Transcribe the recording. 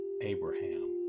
Abraham